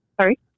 sorry